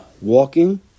walking